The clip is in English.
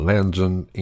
Legend